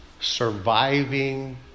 surviving